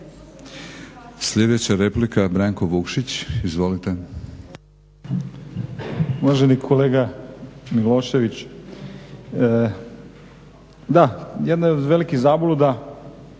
Sljedeća replika Branko Vukšić. Izvolite.